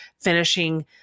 finishing